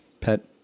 pet